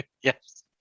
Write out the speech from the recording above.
Yes